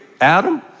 Adam